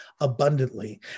abundantly